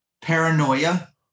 paranoia